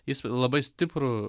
jis labai stiprų